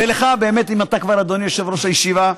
ולך, באמת, אם אתה כבר יושב-ראש הישיבה,